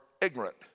ignorant